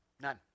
None